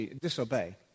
disobey